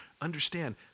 Understand